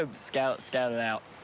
ah scout scout it out.